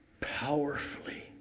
powerfully